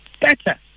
better